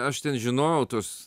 aš ten žinojau tuos